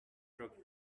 truck